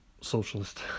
socialist